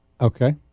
Okay